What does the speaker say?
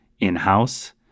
in-house